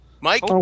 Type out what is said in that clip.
Mike